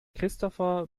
christopher